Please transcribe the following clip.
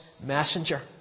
messenger